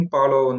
Palo